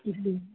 ಎಲ್ಲಿ